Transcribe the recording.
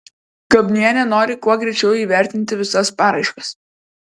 gabnienė nori kuo greičiau įvertinti visas paraiškas